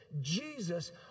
Jesus